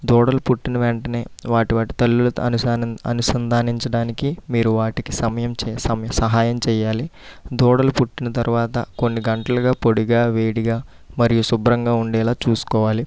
దూడలు పుట్టిన వెంటనే వాటివాటి తల్లుల అనుస అనుసంధానించడానికి మీరు వాటికి సమయం చే సమ సహాయం చేయాలి దూడలు పుట్టిన తరువాత కొన్ని గంటలుగా పొడిగా వేడిగా మరియు శుభ్రంగా ఉండేలా చూసుకోవాలి